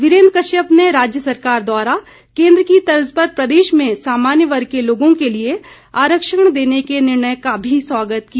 वीरेन्द्र कश्यप ने राज्य सरकार द्वारा केन्द्र की तर्ज पर प्रदेश में सामान्य वर्ग के लोगों के लिए आरक्षण देने के निर्णय का भी स्वागत किया